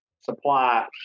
supply